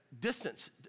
Distance